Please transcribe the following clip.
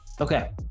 okay